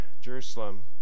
Jerusalem